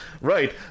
Right